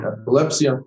epilepsy